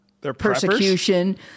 persecution